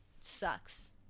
sucks